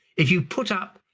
if you put up